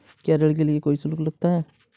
क्या ऋण के लिए कोई शुल्क लगता है?